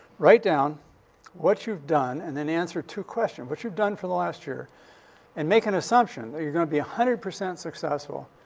write down what you've done. and then answer two questions. what you've done for the last year and make an assumption that you're going to be one hundred percent successful.